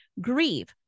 grieve